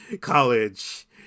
college